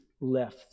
left